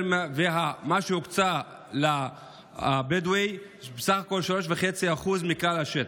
ומה שהוקצה לבדואי זה בסך הכול 3.5% מכלל השטח.